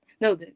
no